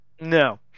no